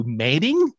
mating